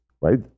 right